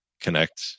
connect